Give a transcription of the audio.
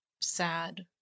sad